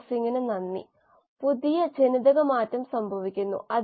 limiting substrate അത്തരമൊരു ആശയമാണ് ഇത്